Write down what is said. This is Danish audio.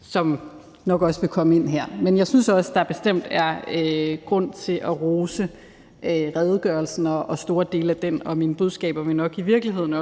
som nok også vil komme her. Men jeg synes bestemt også, der er grund til at rose redegørelsen, store dele af den, og mine budskaber vil nok i virkeligheden